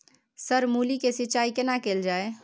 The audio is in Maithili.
सर मूली के सिंचाई केना कैल जाए?